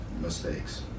mistakes